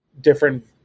different